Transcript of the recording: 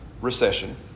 recession